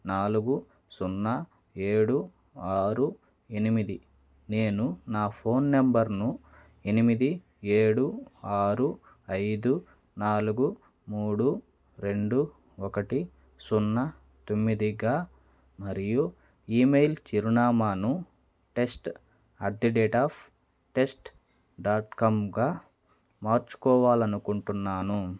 నాలుగు సున్నా ఏడు ఆరు ఎనిమిది నేను నా ఫోన్ నెంబర్ను ఎనిమిది ఏడు ఆరు ఐదు నాలుగు మూడు రెండు ఒకటి సున్నా తొమ్మిదిగా మరియు ఈమెయిల్ చిరునామాను test at the rate of test డాట్కమ్గా మార్చుకోవాలనుకుంటున్నాను